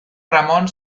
ramón